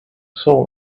soul